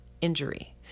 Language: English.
injury